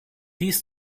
dies